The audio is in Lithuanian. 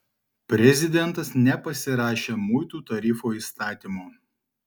prezidentas nepasirašė muitų tarifų įstatymo